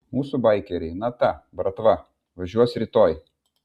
mūsų baikeriai na ta bratva važiuos rytoj